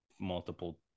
multiple